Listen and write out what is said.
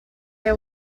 they